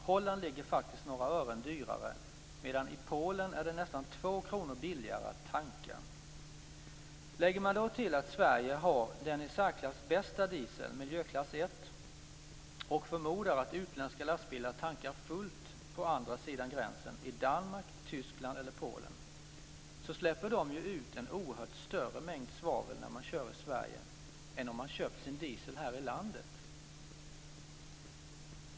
Holland ligger faktiskt några ören dyrare, medan det i Polen nästan är två kronor billigare att tanka. Lägger man då till att Sverige har den i särklass bästa dieseln, miljöklass 1, och förmodar att utländska lastbilar tankar fullt på andra sidan gränsen - i Danmark, Tyskland eller Polen - så släpper man ju ut en oerhört större mängd svavel när man kör i Sverige än om man köpt sin diesel här i landet.